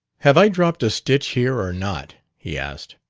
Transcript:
have i dropped a stitch here or not? he asked.